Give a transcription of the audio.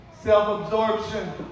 self-absorption